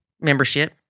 membership